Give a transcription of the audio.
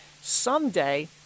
someday